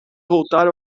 voltar